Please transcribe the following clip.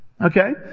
Okay